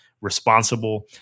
responsible